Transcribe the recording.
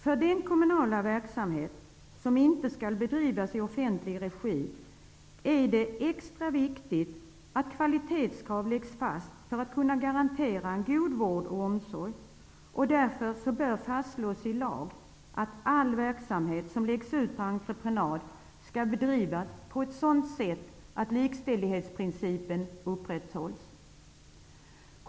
För den kommunala verksamhet som inte skall bedrivas i offentlig regi är det extra viktigt att kvalitetskrav läggs fast för att kunna garantera en god vård och omsorg. Därför bör fastslås i lag att all verksamhet som läggs ut på entreprenad skall bedrivas på ett sådant sätt att likställighetsprincipen upprätthålls.